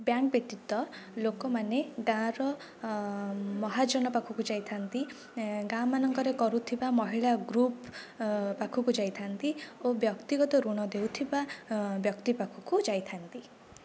bank ବ୍ୟତୀତ ଲୋକମାନେ ଗାଁର ମହାଜନ ପାଖକୁ ଯାଇଥାନ୍ତି ଗାଁ ମାନଙ୍କରେ କରୁଥିବା ମହିଳା ଗୃପ୍ ପାଖକୁ ଯାଇଥାନ୍ତି ଓ ବ୍ୟକ୍ତିଗତ ଋଣ ଦେଉଥିବା ବ୍ୟକ୍ତି ପାଖକୁ ଯାଇଥାନ୍ତି